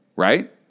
Right